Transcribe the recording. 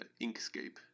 Inkscape